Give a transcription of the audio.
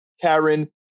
Karen